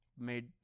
made